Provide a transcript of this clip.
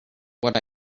what